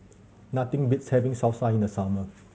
nothing beats having Salsa in the summer